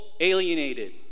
alienated